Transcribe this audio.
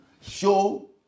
Show